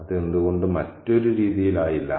അത് എന്തുകൊണ്ട് മറ്റൊരു രീതിയിൽ ആയില്ല